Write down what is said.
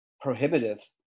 prohibitive